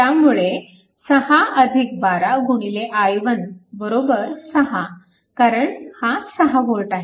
त्यामुळे 6 12 i1 6 कारण हा 6V आहे